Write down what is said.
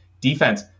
Defense